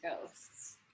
ghosts